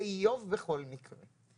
זה איוב בכל מקרה.